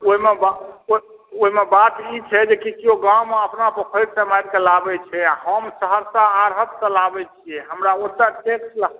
ओहिमे बात ओहिमे बात ई छै जे कि किओ गाममे अपना पोखरिसँ मारि कऽ लाबैत छै आ हम सहरसा आरहतसँ लाबै छी हमरा ओतय टेक्स